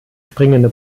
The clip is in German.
springende